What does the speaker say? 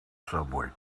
subway